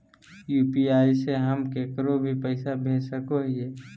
UPI से हम केकरो भी पैसा भेज सको हियै?